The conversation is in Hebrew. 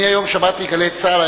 היום שמעתי "גלי צה"ל",